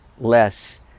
less